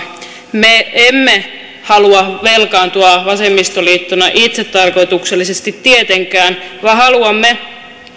me emme halua velkaantua vasemmistoliittona itsetarkoituksellisesti tietenkään vaan haluamme